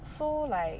so like